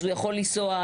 אז הוא יכול לנסוע,